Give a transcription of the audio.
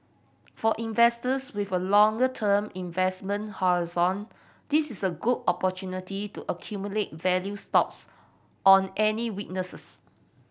for investors with a longer term investment horizon this is a good opportunity to accumulate value stocks on any weaknesses